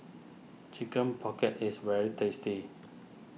Chicken Pocket is very tasty